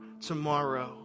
tomorrow